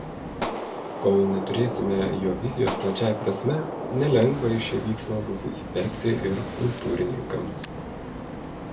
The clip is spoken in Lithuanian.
kol neturėsime jo vizijos plačiąja prasme nelengva į šį vyksmą bus įsiterpti ir kultūrininkams